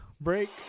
break